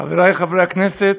חברי חברי הכנסת,